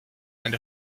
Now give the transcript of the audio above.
and